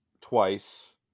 twice